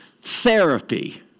therapy